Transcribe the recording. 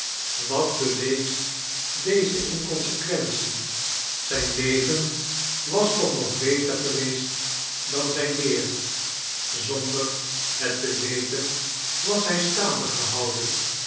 wat bewees deze inconsequentie zijn leven was toch nog beter geweest dan zijn leer zonder het te weten was hij staande gehouden